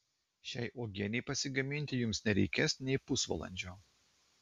šiai uogienei pasigaminti jums nereikės nei pusvalandžio